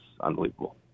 unbelievable